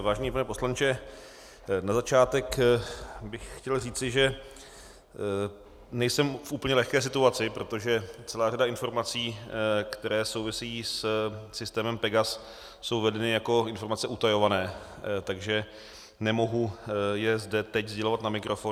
Vážený pane poslanče, na začátek bych chtěl říci, že nejsem v úplně lehké situaci, protože celá řada informací, které souvisejí se systémem PEGAS, je vedena jako informace utajované, takže nemohu je zde teď sdělovat na mikrofon.